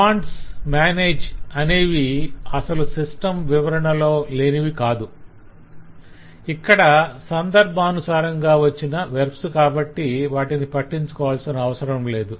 'wants' 'manage' అనేవీ అసలు system వివరణ లోనివి కాదు ఇక్కడ సందర్భానుసారంగా వచ్చిన వెర్బ్స్ కాబట్టి వాటిని పట్టించుకోవాల్సిన అవసరంలేదు